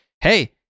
hey